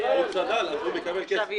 צד"ל ושהוא מקבל כסף.